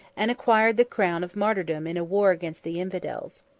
and acquired the crown of martyrdom in a war against the infidels.